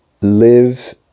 live